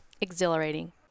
Exhilarating